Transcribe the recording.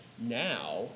Now